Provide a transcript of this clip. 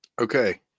Okay